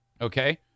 Okay